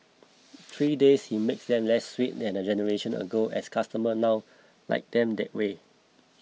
three days he makes them less sweet than a generation ago as customers now like them that way